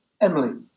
Emily